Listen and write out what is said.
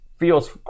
feels